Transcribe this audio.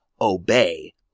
Obey